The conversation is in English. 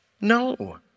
No